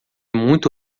muito